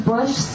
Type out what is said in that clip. Bush